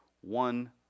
One